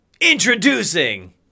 Introducing